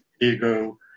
ego